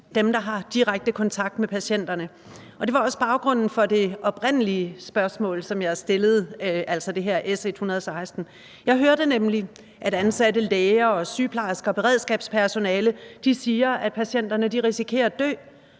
dem, der har direkte kontakt med patienterne – råber vagt i gevær, og det var også baggrunden for det oprindelige spørgsmål, jeg stillede, altså spørgmål nr. S 116. Jeg hørte nemlig, at ansatte læger, sygeplejersker og beredskabspersonale sagde, at patienterne risikerer at dø,